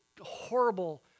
horrible